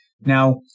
Now